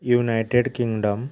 United Kingdom